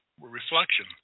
reflection